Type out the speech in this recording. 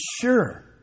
sure